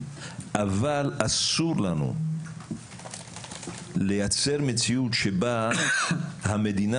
אבל אסור לנו לייצר מציאות שבה המדינה